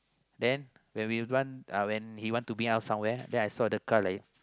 then when we want when he want to bring us somewhere then I saw the car like